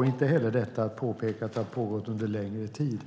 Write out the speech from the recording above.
det inte heller att påpeka att det har pågått under längre tid.